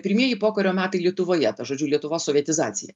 pirmieji pokario metai lietuvoje žodžiu lietuvos sovietizacija